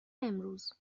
امروز